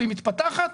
והיא מתפתחת.